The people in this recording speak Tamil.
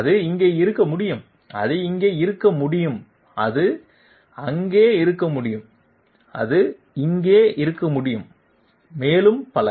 அது இங்கே இருக்க முடியும் அது இங்கே இருக்க முடியும் அது அங்கே இருக்க முடியும் அது இங்கே இருக்க முடியும் மேலும் பல